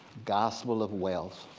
gospel of wealth,